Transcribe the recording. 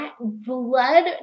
blood